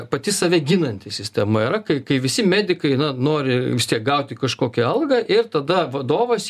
pati save ginanti sistema yra kai kai visi medikai na nori vis tiek gauti kažkokią algą ir tada vadovas